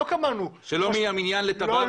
שלא מן המניין לתב"רים.